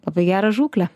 labai gerą žūklę